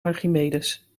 archimedes